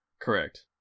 Correct